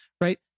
right